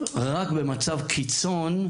ורק במצב קיצון,